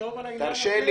תחשוב על העניין הזה.